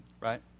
right